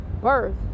birth